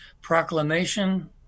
proclamation